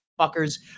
fuckers